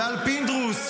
ועל פינדרוס,